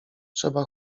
trzeba